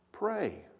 Pray